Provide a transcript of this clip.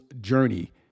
journey